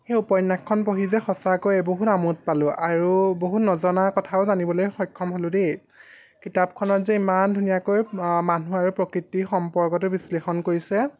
সেই উপন্যাসখন পঢ়ি যে সঁচাকৈ বহুত আমোদ পালোঁ আৰু বহুত নজনা কথাও জানিবলৈ সক্ষম হ'লোঁ দেই কিতাপখনত যে ইমান ধুনীয়াকৈ মানুহ আৰু প্ৰকৃতিৰ সম্পৰ্কটো বিশ্লেষণ কৰিছে